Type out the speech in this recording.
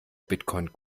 bitcoin